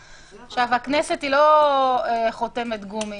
עכשיו, הכנסת היא לא חותמת גומי.